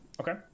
Okay